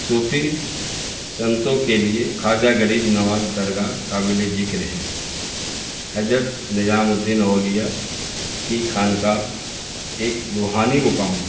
صوفی سنتوں کے لیے خواجہ غریب نواز درگاہ قابل ذکر ہیں حضرت نظام الدین اولیاء کی خانقاہ ایک روحانی مقام ہے